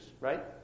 right